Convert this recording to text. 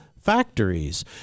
Factories